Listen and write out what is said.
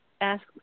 ask